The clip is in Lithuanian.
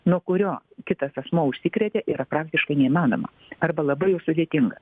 nuo kurio kitas asmuo užsikrėtė yra praktiškai neįmanoma arba labai jau sudėtinga